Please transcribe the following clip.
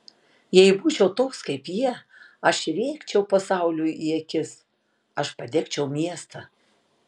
jei būčiau toks kaip jie aš rėkčiau pasauliui į akis aš padegčiau miestą